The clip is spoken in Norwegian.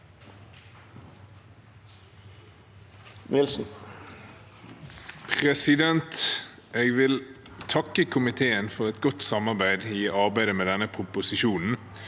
for saken): Jeg vil takke komiteen for et godt samarbeid i arbeidet med denne proposisjonen.